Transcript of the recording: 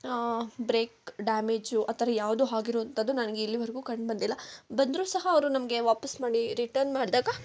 break damage ಆ ಥರ ಯಾವುದು ಹಾಗಿರುವಂತದ್ದು ನನಗೆ ಇಲ್ಲಿವರ್ಗೂ ಕಂಡು ಬಂದಿಲ್ಲ ಬಂದರೂ ಸಹ ಅವರು ನಮಗೆ ವಾಪೀಸು ಮಾಡಿ ರಿಟನ್ ಮಾಡ್ದಾಗ